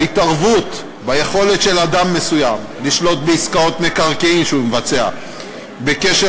ההתערבות ביכולת של אדם מסוים לשלוט בעסקאות מקרקעין שהוא מבצע בקשר